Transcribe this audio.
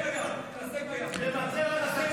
לא שוברים שתיקה, מוותר על החטופים, תתביישו.